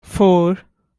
four